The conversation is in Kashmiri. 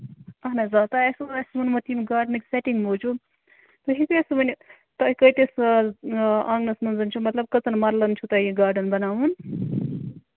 اَہن حظ آ تۄہہِ آسِوٕ کٲنٛسہِ ووٚنمُت یِم گاڈنٕکۍ سٮ۪ٹِنٛگ موٗجوٗب تُہۍ ہٮ۪کوٕ اَسہِ ؤنِتھ تۄہہِ کۭتِس حظ آنٛگنَس منٛز چھُ مطلب کٔژَن مَرلَن منٛز چھُو تۄہہِ یہِ گاڈَن بَناوُن